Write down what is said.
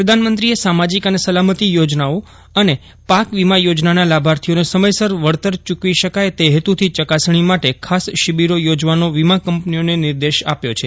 પ્રધાનયંત્રીએ સામાજીક સલાયતી યોજનાઓ અને પાક વીમા યોજનાના લાભાર્થીઓને સમયસર વળતર ચૂકવી શકાય તે હેતુથી ચકાસજ્ઞી માટે ખાસ શિબિરો યોજવાનો વીમા કંપનીઓને નિર્દેશ આપ્યો છે